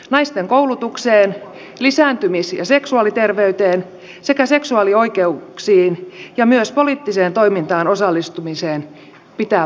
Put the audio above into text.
naisten koulutukseen lisääntymis ja seksuaaliterveyteen sekä seksuaalioikeuksiin ja myös poliittiseen toimintaan osallistumiseen pitää panostaa kunnolla